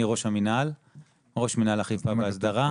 אני ראש מינהל אכיפה והסדרה,